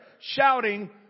shouting